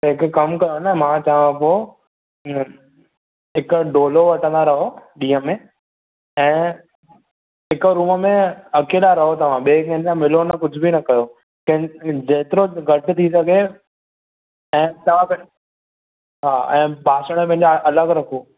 त हीकु कमु कयो न मां चवां पोइ हीकु डोलो वठंदा रहो ॾींहं में ऐं हिकु रूम में अकेला रहो तव्हां ॿिएं कंहिं सां मिलो न कुझु बि न कयो जेतिरो घटि थी सघे ऐं तव्हां हां ऐ बासणु पंहिंजा अलॻि रखो